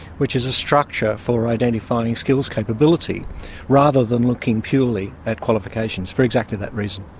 which is a structure for identifying skills capability rather than looking purely at qualifications for exactly that reason.